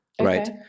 Right